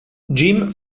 jim